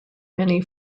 many